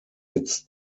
its